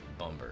Bumber